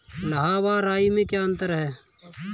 लाह व राई में क्या अंतर है?